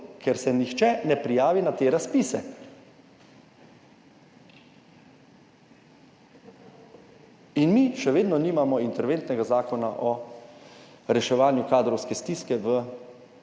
ker se nihče ne prijavi na te razpise. In mi še vedno nimamo interventnega zakona o reševanju kadrovske stiske v